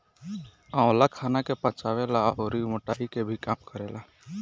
आंवला खाना के पचावे ला अउरी मोटाइ के भी कम करेला